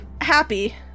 happy